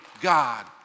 God